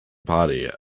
body